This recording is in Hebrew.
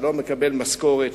שלא מקבל משכורות,